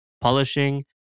polishing